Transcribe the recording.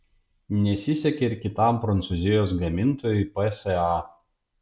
nesisekė ir kitam prancūzijos gamintojui psa